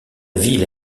ville